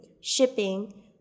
shipping